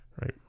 Right